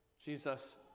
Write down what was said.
Jesus